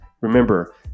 Remember